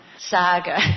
saga